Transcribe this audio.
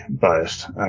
biased